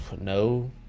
no